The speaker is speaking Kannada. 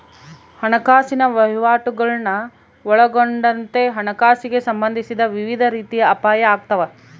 ಹಣಕಾಸಿನ ವಹಿವಾಟುಗುಳ್ನ ಒಳಗೊಂಡಂತೆ ಹಣಕಾಸಿಗೆ ಸಂಬಂಧಿಸಿದ ವಿವಿಧ ರೀತಿಯ ಅಪಾಯ ಆಗ್ತಾವ